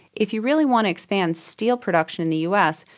if you really want to expand steel production in the us,